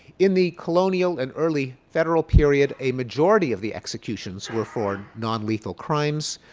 in the colonial and early federal, period a majority of the executions were for nonlethal crimes.